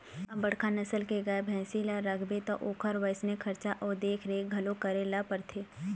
अब बड़का नसल के गाय, भइसी ल राखबे त ओखर वइसने खरचा अउ देखरेख घलोक करे ल परथे